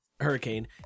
hurricane